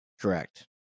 Correct